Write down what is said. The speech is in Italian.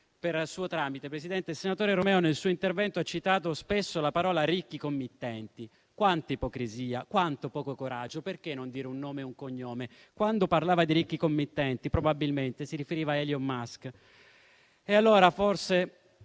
A proposito di denaro, il senatore Romeo nel suo intervento ha citato spesso l'espressione «ricchi committenti». Quanta ipocrisia, quanto poco coraggio! Perché non dire un nome e un cognome? Quando parlava dei ricchi committenti, probabilmente si riferiva a Elon Musk,